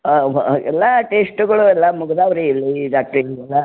ಹಾಂ ಎಲ್ಲ ಟೇಸ್ಟುಗಳು ಎಲ್ಲ ಮುಗ್ದಾವೆ ರೀ ಇಲ್ಲಿ ಈ